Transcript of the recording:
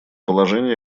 положении